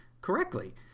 correctly